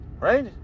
Right